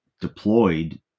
deployed